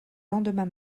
lendemain